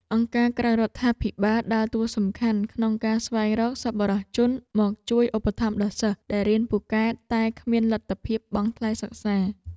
អង្គការក្រៅរដ្ឋាភិបាលដើរតួសំខាន់ក្នុងការស្វែងរកសប្បុរសជនមកជួយឧបត្ថម្ភដល់សិស្សដែលរៀនពូកែតែគ្មានលទ្ធភាពបង់ថ្លៃសិក្សា។